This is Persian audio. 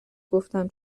گفتم